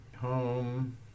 Home